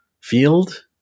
field